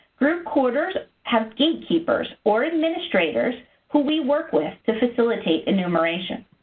group quarters have gatekeepers or administrators who we work with to facilitate enumeration.